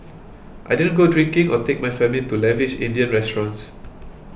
I didn't go drinking or take my family to lavish Indian restaurants